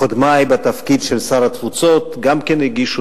קודמי בתפקיד שר התפוצות גם כן הגישו